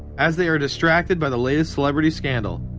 as they are distracted by the latest celebrity scandal,